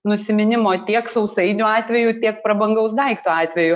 nusiminimo tiek sausainių atveju tiek prabangaus daikto atveju